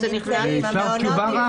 מה עם המעונות לנשים מוכות?